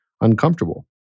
uncomfortable